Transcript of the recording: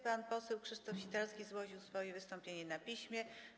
Pan poseł Krzysztof Sitarski złożył swoje wystąpienie na piśmie.